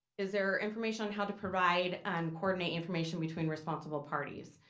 is there information on how to provide and coordinate information between responsible parties?